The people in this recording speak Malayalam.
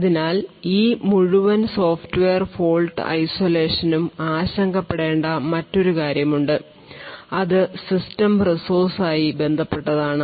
അതിനാൽ ഈ മുഴുവൻ സോഫ്റ്റ്വെയർ ഫോൾട് ഐസൊലേഷനും ആശങ്കപ്പെടേണ്ട മറ്റൊരു കാര്യമുണ്ട് അത് സിസ്റ്റം റിസോഴ്സ് ആയി ബന്ധപ്പെട്ടതാണ്